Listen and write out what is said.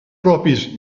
propis